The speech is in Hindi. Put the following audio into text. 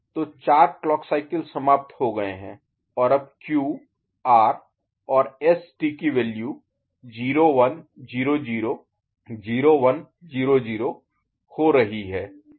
तो चार क्लॉक साइकिल समाप्त हो गए हैं और अब Q R और S T की वैल्यू 0 1 0 0 0 1 0 0 हो रही है